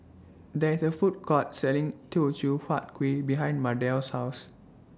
There IS A Food Court Selling Teochew Huat Kuih behind Mardell's House